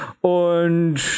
Und